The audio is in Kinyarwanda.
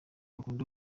bakunda